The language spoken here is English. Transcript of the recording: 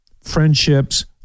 friendships